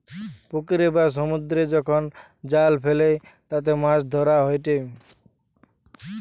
পুকুরে বা সমুদ্রে যখন জাল ফেলে তাতে মাছ ধরা হয়েটে